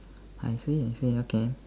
I see I see okay